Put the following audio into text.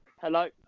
hello